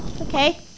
okay